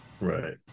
Right